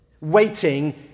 Waiting